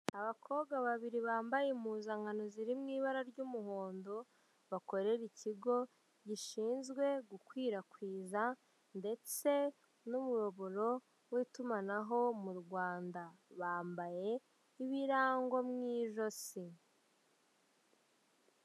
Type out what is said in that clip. Abakobwa babiri bambaye impuzankano ziri mu ibara ry'umuhondo, bakorera ikigo gishinzwe gukwirakwiza ndetse n'umuyoboro w'itumanaho mu Rwanda, bambaye ibirango mu ijosi.